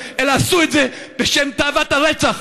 אלא עשו את זה בשם תאוות הרצח.